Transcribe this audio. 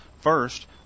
First